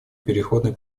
переходный